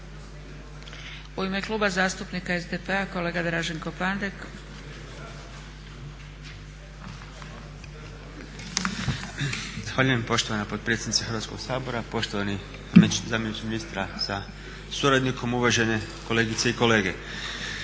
U ime Kluba zastupnika SDP-a kolega Draženko Pandek. **Pandek, Draženko (SDP)** Zahvaljujem poštovana potpredsjednice Hrvatskog sabora, poštovani zamjeniče ministra sa suradnikom, uvažene kolegice i kolege.